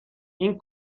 این